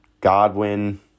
Godwin